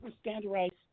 standardized